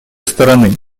стороны